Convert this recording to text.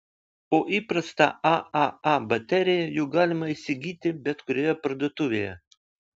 o įprastą aaa bateriją juk galima įsigyti bet kurioje parduotuvėje